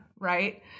right